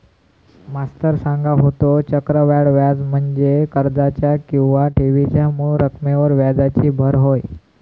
मास्तर सांगा होतो, चक्रवाढ व्याज म्हणजे कर्जाच्या किंवा ठेवीच्या मूळ रकमेवर व्याजाची भर होय